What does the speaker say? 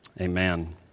Amen